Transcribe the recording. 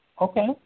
Okay